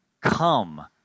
come